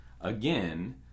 again